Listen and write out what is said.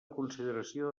consideració